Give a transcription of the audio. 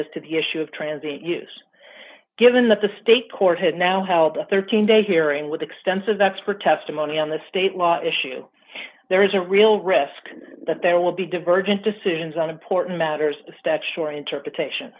as to the issue of transit use given that the state court has now held up thirteen day hearing with extensive expert testimony on the state law issue there is a real risk that there will be divergent decisions on important matters of statutory interpretation